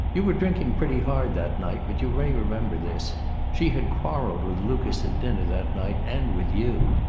you were drinking pretty hard that night, but you may remember this she had quarreled with lucas at dinner that night and with you.